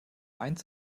eins